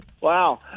Wow